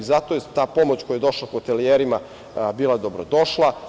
Zato je ta pomoć koja je došla hotelijerima bila dobrodošla.